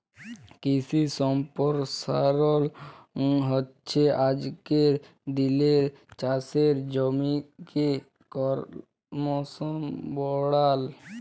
কিশি সম্পরসারল হচ্যে আজকের দিলের চাষের জমিকে করমশ বাড়াল